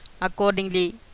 Accordingly